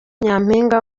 nyampinga